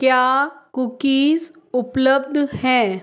क्या कुकीज़ उपलब्ध हैं